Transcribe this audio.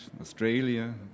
Australia